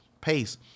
pace